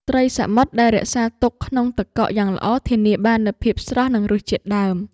ត្រីសមុទ្រដែលរក្សាទុកក្នុងទឹកកកយ៉ាងល្អធានាបាននូវភាពស្រស់ និងរសជាតិដើម។